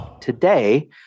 Today